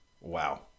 wow